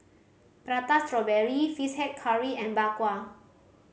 Prata Strawberry Fish Head Curry and Bak Kwa